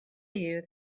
you